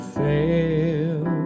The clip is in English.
fail